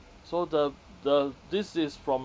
so the the this is from